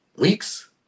weeks